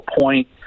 point